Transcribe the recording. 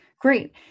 Great